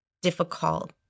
difficult